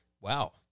Wow